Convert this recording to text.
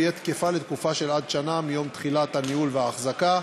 תהיה תקפה עד שנה מיום תחילת הניהול והאחזקה,